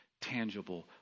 tangible